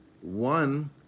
one